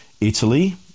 Italy